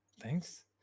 thanks